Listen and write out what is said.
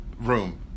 room